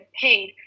paid